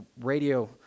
radio